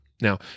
Now